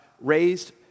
raised